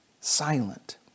silent